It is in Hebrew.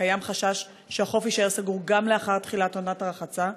קיים חשש שהחוף יישאר סגור גם לאחר תחילת עונת הרחצה,